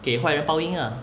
给坏人报应啊